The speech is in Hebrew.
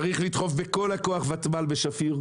צריך לדחוף בכל הכוח ותמ"ל בשפיר,